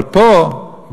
אבל פה,